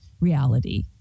reality